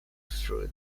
through